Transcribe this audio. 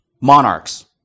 monarchs